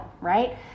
right